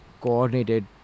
Coordinated